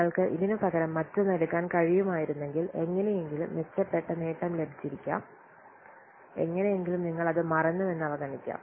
നിങ്ങൾക്ക് ഇതിനുപകരം മറ്റൊന്ന് എടുക്കാൻ കഴിയുമായിരുന്നെങ്കിൽ എങ്ങനെയെങ്കിലും മെച്ചപ്പെട്ട നേട്ടം ലഭിച്ചിരിക്കാം എങ്ങനെയെങ്കിലും നിങ്ങൾ അത് മറന്നുവെന്ന് അവഗണിക്കാം